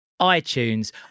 iTunes